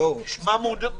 האם אתה יכול לתת אופק,